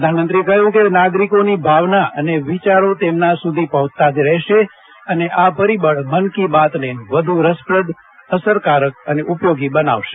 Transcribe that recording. પ્રધાનમંત્રીએ કહયું કે નાગરિકોની ભાવના અને વિચારો તેમના સુધી પહોંચતા જ રહેશે અને આ પરીબળ મન કી બાતને વધુ રસપ્રદ અસરકારક અને ઉપયોગી બનાવશે